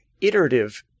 Iterative